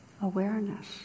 awareness